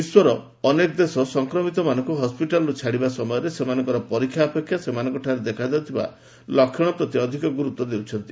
ବିଶ୍ୱର ଅନେକ ଦେଶ ସଂକ୍ରମିତମାନଙ୍କୁ ହିିିଟାଲ୍ରୁ ଛାଡ଼ିବା ସମୟରେ ସେମାନଙ୍କର ପରୀକ୍ଷା ଅପେକ୍ଷା ସେମାନଙ୍କଠାରେ ଦେଖାଦେଉଥିବା ଲକ୍ଷଣ ପ୍ରତି ଅଧିକ ଗୁରୁତ୍ୱ ଦେଉଛନ୍ତି